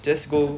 just go